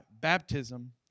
baptism